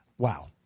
Wow